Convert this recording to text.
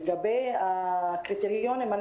לגבי הקריטריונים,